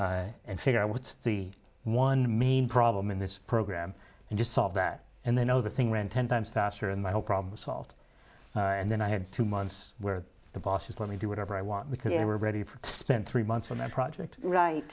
here and figure out what's the one main problem in this program and just solve that and then oh the thing ran ten times faster and my whole problem was solved and then i had two months where the bosses let me do whatever i want because they were ready for to spend three months on that project right